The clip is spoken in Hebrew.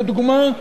לדוגמה,